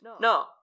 No